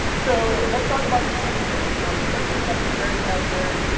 so let's talk about some solutions, um breaking these up into various categories.